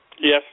Yes